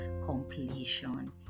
completion